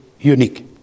unique